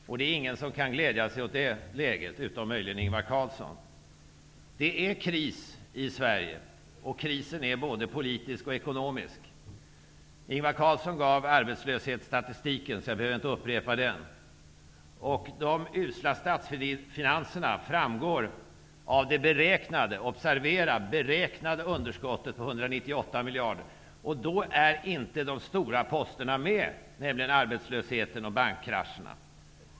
Och det är ingen som kan glädja sig åt det läget, utom möjligen Ingvar Carlsson. Det är kris i Sverige, och den är både politisk och ekonomisk. Ingvar Carlsson informerade om arbetslöshetsstatistiken, så den behöver jag inte upprepa. De usla statsfinanserna framgår av det beräknade underskottet av 198 miljarder kronor. De stora posterna är då ändå inte medtagna, nämligen för arbetslösheten och för bankkraschen.